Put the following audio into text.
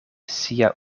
sia